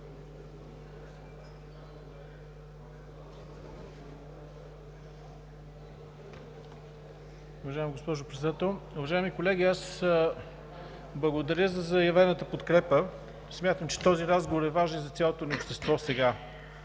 Уважаема госпожо Председател, уважаеми колеги! Аз благодаря за заявената подкрепа. Смятам, че този разговор е важен за цялото ни общество сега.